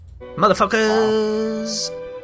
Motherfuckers